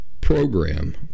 program